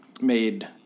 made